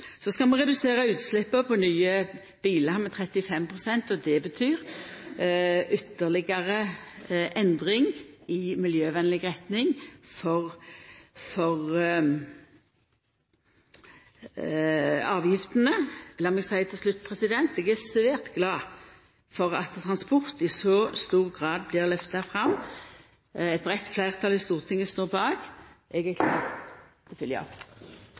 Så skal vi redusera utsleppet for nye bilar med 35 pst. Det betyr ytterlegare endring i miljøvenleg retning for avgiftene. Lat meg seia til slutt: Eg er svært glad for at transport i så stor grad blir lyfta fram. Eit breitt fleirtal i Stortinget står bak. Eg er klar til